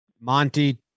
Monty